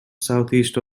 southeast